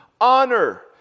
honor